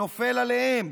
נופל עליהם.